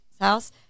house